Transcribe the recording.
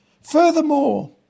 Furthermore